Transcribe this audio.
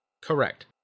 Correct